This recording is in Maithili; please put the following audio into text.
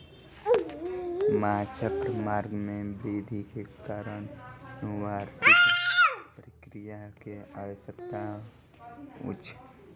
माँछक मांग में वृद्धि के कारण अनुवांशिक प्रक्रिया के आवश्यकता छल